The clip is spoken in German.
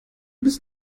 bist